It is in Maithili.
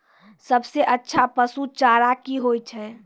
सबसे अच्छा पसु चारा की होय छै?